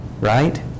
Right